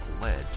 led